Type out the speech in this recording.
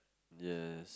yes